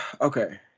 okay